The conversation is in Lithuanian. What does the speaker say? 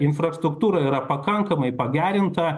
infrastruktūra yra pakankamai pagerinta